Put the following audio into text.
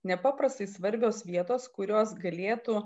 nepaprastai svarbios vietos kurios galėtų